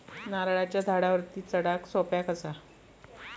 नारळाच्या झाडावरती चडाक सोप्या कसा?